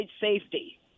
safety